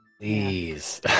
Please